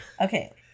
Okay